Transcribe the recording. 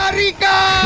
rika.